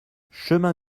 chemin